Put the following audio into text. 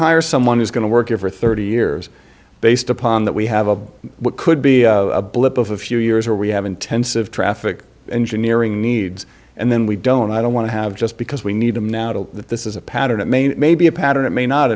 hire someone who's going to work here for thirty years based upon that we have a what could be a blip of a few years where we have intensive traffic engineering needs and then we don't i don't want to have just because we need them now to that this is a pattern it may may be a pattern it may not